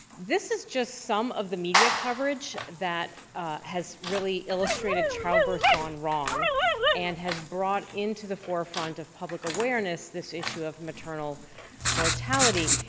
this is just some of the media coverage that has really illustrated childbirth gone wrong and has brought into the forefront of public awareness this issue of maternal mortality,